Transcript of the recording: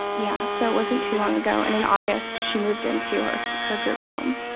yeah so it wasn't too long ago. and in august she moved into her so her group home.